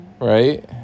Right